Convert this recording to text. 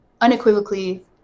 unequivocally